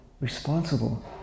responsible